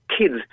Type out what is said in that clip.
kids